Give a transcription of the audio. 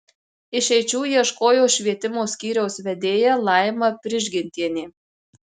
išeičių ieškojo švietimo skyriaus vedėja laima prižgintienė